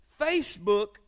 Facebook